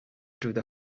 through